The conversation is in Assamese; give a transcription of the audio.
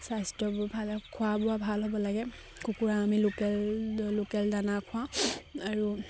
স্বাস্থ্যবোৰ ভাল খোৱা বোৱা ভাল হ'ব লাগে কুকুৰা আমি লোকেল লোকেল দানা খোৱাও আৰু